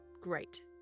Great